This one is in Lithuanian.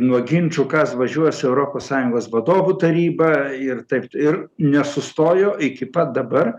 nuo ginčų kas važiuos į europos sąjungos vadovų tarybą ir taip ir nesustojo iki pat dabar